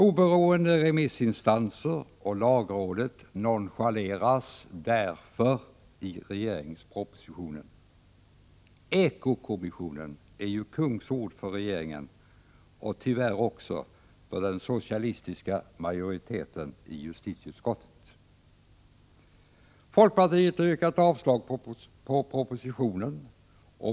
Oberoende remissinstanser och lagråd nonchaleras därför i regeringens proposition. Ekokommissionens förslag är ju kungsord för regeringen och tyvärr också för den socialistiska majoriteten i justitieutskottet. Folkpartiet har yrkat avslag på propositionen.